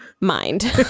mind